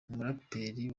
umuraperi